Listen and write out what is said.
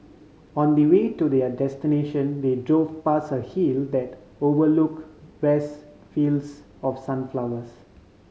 on the way to their destination they drove past a hill that overlook vast fields of sunflowers